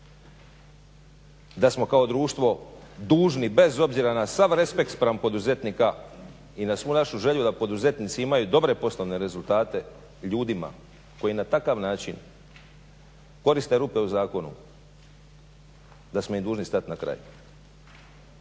da smo kao društvo dužni, bez obzira na sav respekt spram poduzetnika i na svu našu želju da poduzetnici imaju dobre poslovne rezultate, ljudima koji na takav način koriste rupe u zakonu da smo im dužni stat na kraj.